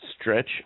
stretch